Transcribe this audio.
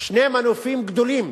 שני מנופים גדולים